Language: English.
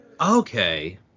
Okay